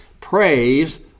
praise